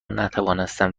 نتوانستم